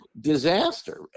disaster